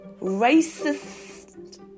Racist